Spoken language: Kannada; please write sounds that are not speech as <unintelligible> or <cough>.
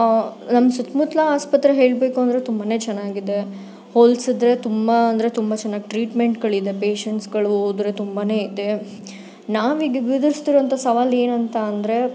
ನಮ್ಮ ಸುತ್ತ ಮುತ್ತಲ ಆಸ್ಪತ್ರೆ ಹೇಳಬೇಕು ಅಂದರೆ ತುಂಬಾ ಚೆನ್ನಾಗಿದೆ ಹೊಲ್ಸಿದ್ರೆ ತುಂಬ ಅಂದರೆ ತುಂಬ ಚೆನ್ನಾಗಿ ಟ್ರೀಟ್ಮೆಂಟ್ಗಳಿದೆ ಪೇಷಂಟ್ಸ್ಗಳು ಹೋದರೆ ತುಂಬಾ ಇದೆ ನಾವು ಈಗ <unintelligible> ಅಂತ ಸವಾಲು ಏನಂತ ಅಂದರೆ